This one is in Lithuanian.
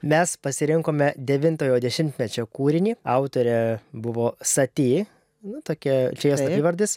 mes pasirinkome devintojo dešimtmečio kūrinį autorė buvo sati nu tuokia čia jos slapyvardis